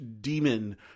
demon